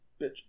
bitch